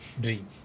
Dream